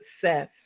success